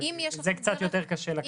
את זה יותר קשה לקחת בחשבון.